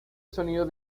sonido